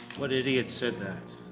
what idiot said that?